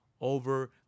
over